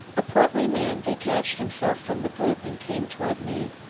a portly man detached himself from the group and came toward me.